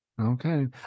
Okay